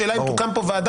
השאלה אם תוקם פה ועדה,